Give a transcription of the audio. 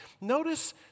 Notice